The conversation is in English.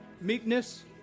meekness